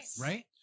Right